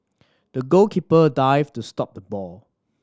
the goalkeeper dived to stop the ball